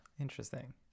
interesting